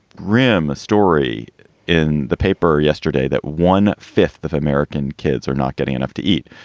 rhim, a story in the paper yesterday that one fifth of american kids are not getting enough to eat.